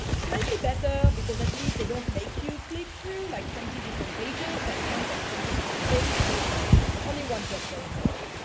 slightly better because at least they don't make you click through like twenty different pages that count as twenty different clicks. at least that's only one percent, etc.